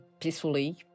peacefully